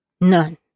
None